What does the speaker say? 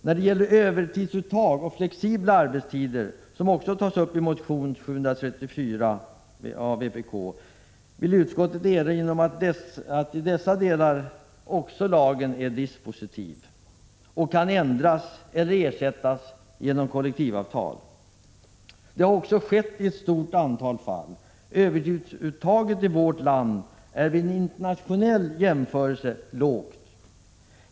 När det gäller övertidsuttag och flexibla arbetstider, som också tas upp i motion 1985/86:A734 av vpk, vill utskottet erinra om att lagen även i dessa delar är dispositiv och kan ändras eller ersättas med kollektivavtal. Detta har också skett i ett stort antal fall. Övertidsuttaget i vårt land är vid en internationell jämförelse lågt.